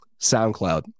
SoundCloud